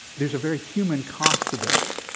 there's a very human cost to this,